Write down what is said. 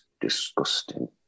disgusting